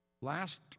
Last